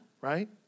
right